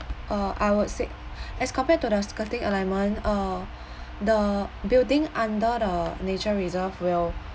uh I would say as compared to the skirting alignment uh the building under the nature reserve will